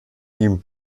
ihm